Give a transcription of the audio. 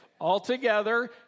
Altogether